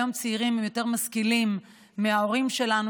היום צעירים הם יותר משכילים מההורים שלנו,